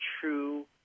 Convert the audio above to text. true